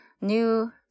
new